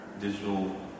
digital